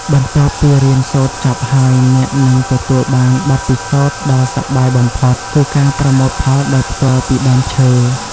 បន្ទាប់ពីរៀនសូត្រចប់ហើយ អ្នកនឹងទទួលបានបទពិសោធន៍ដ៏សប្បាយបំផុតគឺការប្រមូលផលដោយផ្ទាល់ពីដើមឈើ។